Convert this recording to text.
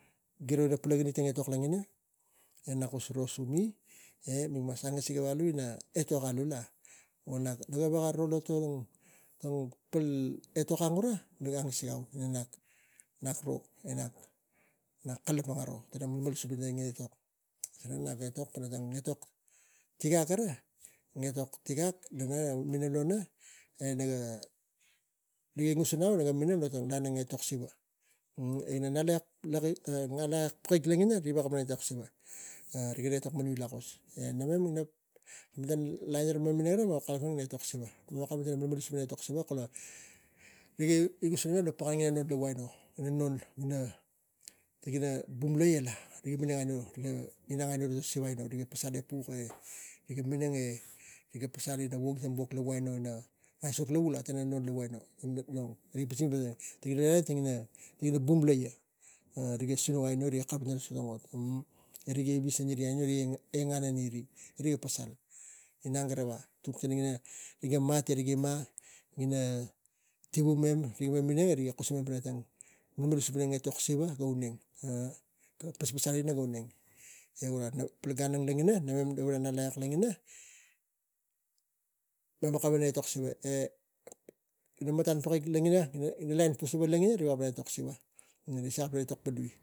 Giro ina palangai ina etok inak me kus giro sumi e mik mas angasik naniu ina etok alu la wo nak veko vil tul kana eto gura mik ngusi gau nak ro e nak kalapang aro kus pana ina etok tang etok pana tang ot. Tigak gara naga minang lo na e naga riga i ngusa au ina gan ina etok siva in ngalakek lakliek e ina ngalakek pakik logina inap etok siva e veko iroi patmaniu lakos e namem gan mem minang gara mem etok siva e gara ve mem etok siva. Riga ingusinau lo pal gan ina non aino ina wonglaia la mig minang aro e gara vai tang siva ekeng mem pasal epuk e meme sang ino wog lava vua ina aisok ina non aino non lavu ina aino. Rig buk, riga sinuk aino, riga kavai tang ot ri ga visvis aino ina inang garava kari tang ina vap e rik ima ina tivumam mem minang e riga kusimem pana tang malmalasup ina etok siva ga auneng. Ga pas- pasal ga auneng e gura tang gan ara, agina mema namem langina mem veko kalapang ina etok siva e ina mataan pakik ina lain lagina riga veko etok siva. Ne sak tang etok nak vili.